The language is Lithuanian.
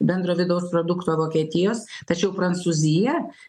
bendro vidaus produkto vokietijos tačiau prancūzija